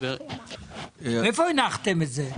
איפה הנחתם את זה?